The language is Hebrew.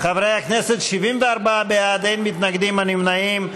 חברי הכנסת, 74 בעד, אין מתנגדים, אין נמנעים.